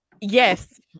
yes